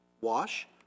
Wash